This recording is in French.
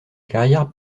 carrière